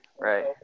right